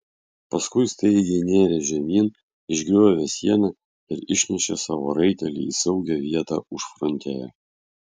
paskui staigiai nėrė žemyn išgriovė sieną ir išnešė savo raitelį į saugią vietą užfrontėje